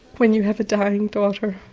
when you have a dying daughter.